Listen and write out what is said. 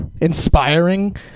Inspiring